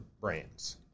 brands